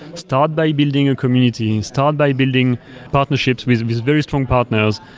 start by building a community. start by building partnerships with very strong partners.